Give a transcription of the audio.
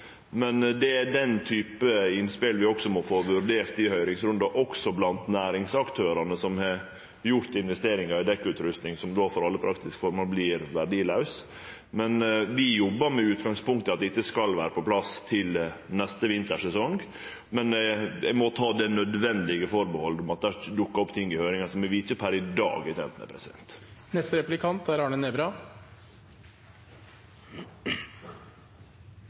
men det er den typen innspel vi må få vurdert i høyringsrunden også blant næringsaktørane som har gjort investeringar i dekkutrusting som då for alle praktiske formål vert verdilause. Vi jobbar med utgangspunkt i at dette skal vere på plass til neste vintersesong, men eg må ta dei nødvendige atterhalda om at det ikkje dukkar opp ting i høyringa som vi per i dag ikkje er kjende med.